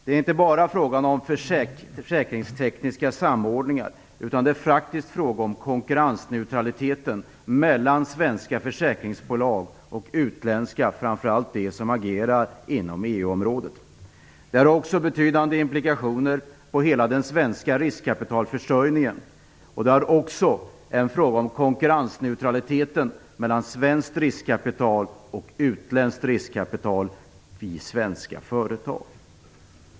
Det är inte bara fråga om försäkringstekniska samordningar, utan det är faktiskt också fråga om konkurrensneutraliteten mellan svenska och utländska försäkringsbolag, framför allt de som agerar inom Det här har också betydande implikationer för hela den svenska riskkapitalförsörjningen. Det är en fråga om konkurrensneutraliteten mellan svenskt riskkapital och utländskt riskkapital i svenska företag.